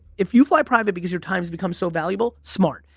if you fly private because your times become so valuable, smart.